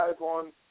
on